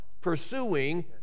pursuing